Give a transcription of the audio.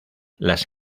las